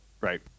Right